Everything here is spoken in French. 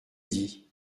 dit